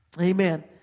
Amen